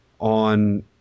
on